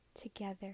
together